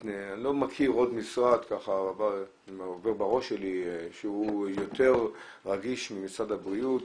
אני לא מכיר עוד משרד שהוא יותר רגיש ממשרד הבריאות.